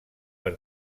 per